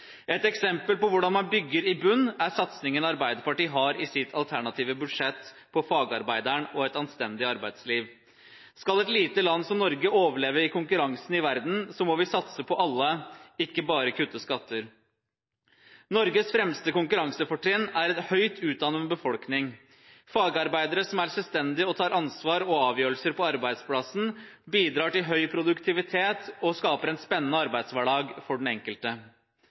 Et eksempel på hvordan man bygger i bunnen, er satsingen Arbeiderpartiet har i sitt alternative budsjett på fagarbeideren og et anstendig arbeidsliv. Skal et lite land som Norge overleve i konkurransen i verden, må vi satse på alle, ikke bare kutte skatter. Norges fremste konkurransefortrinn er en høyt utdannet befolkning. Fagarbeidere som er selvstendige og tar ansvar og avgjørelser på arbeidsplassen, bidrar til høy produktivitet og skaper en spennende arbeidshverdag for den enkelte.